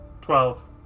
Twelve